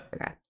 Okay